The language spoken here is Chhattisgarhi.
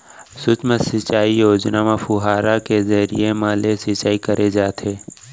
सुक्ष्म सिंचई योजना म फुहारा के जरिए म ले सिंचई करे जाथे